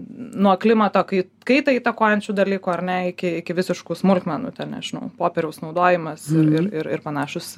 nuo klimato kai kaitą įtakojančių dalykų ar ne iki iki visiškų smulkmenų ten nežinau popieriaus naudojimas ir ir panašūs